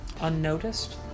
unnoticed